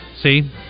See